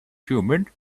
humid